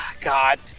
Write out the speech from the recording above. God